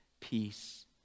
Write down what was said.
peace